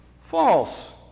false